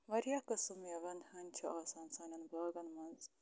واریاہ قٕسٕم مٮ۪وَن ہٕنٛدۍ چھِ آسان سانٮ۪ن باغَن منٛز